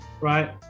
right